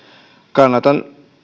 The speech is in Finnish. kannatan